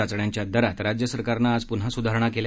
चाचण्यांच्या दरात राज्य सरकारनं आज पुन्हा सुधारणा केल्या